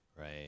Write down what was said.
Right